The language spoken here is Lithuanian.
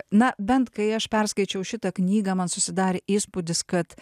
na bent kai aš perskaičiau šitą knygą man susidarė įspūdis kad